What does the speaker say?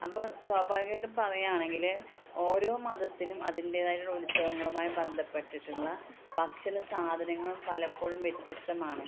അപ്പം സ്വാഭാവികായിട്ടും പറയാണെങ്കിൽ ഓരോ മതത്തിനും അതിൻ്റേതായിട്ടുള്ള ഉത്സവങ്ങളുമായി ബന്ധപ്പെട്ടിട്ടുള്ള ഭക്ഷണ സാധനങ്ങളും പലപ്പോഴും വ്യത്യസ്തമാണ്